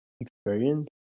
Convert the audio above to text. experience